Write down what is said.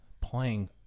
playing